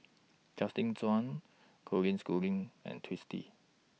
Justin Zhuang Colin Schooling and Twisstii